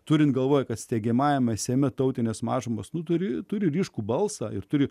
turint galvoje kad steigiamajame seime tautinės mažumos nuturi turi ryškų balsą ir turi